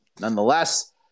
Nonetheless